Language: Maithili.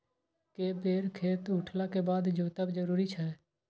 के बेर खेत उठला के बाद जोतब जरूरी छै?